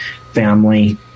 family